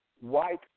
white